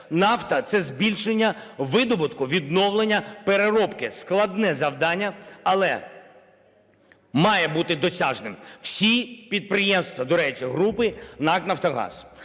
Нафта – це збільшення видобутку, відновлення переробки. Складне завдання, але має бути досяжним. Всі підприємства, до речі, групи НАК "Нафтогаз"